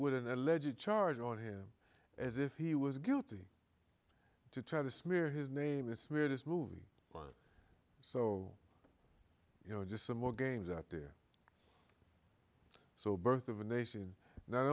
would in a legit charge on him as if he was guilty to try to smear his name is smear this movie so you know just some more games out there so birth of a nation not